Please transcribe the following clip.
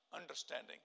understanding